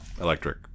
electric